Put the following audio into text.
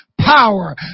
power